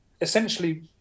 Essentially